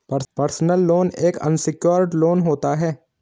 personal loan एक unsecured loan होता है